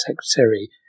Secretary